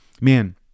man